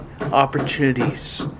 opportunities